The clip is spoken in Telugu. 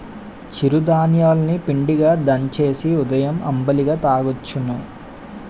చిరు ధాన్యాలు ని పిండిగా దంచేసి ఉదయం అంబలిగా తాగొచ్చును